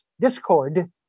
discord